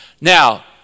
Now